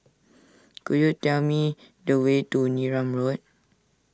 could you tell me the way to Neram Road